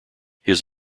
his